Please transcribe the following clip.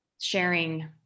sharing